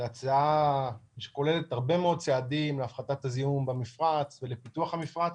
זו הצעה שכוללת הרבה מאוד צעדים להפחתת הזיהום במפרץ ולפיתוח המפרץ